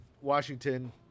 Washington